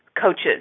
coaches